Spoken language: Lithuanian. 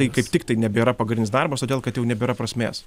tai kaip tiktai nebėra pagrindinis darbas todėl kad jau nebėra prasmės